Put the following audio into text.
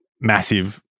massive